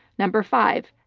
number five,